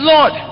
Lord